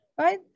right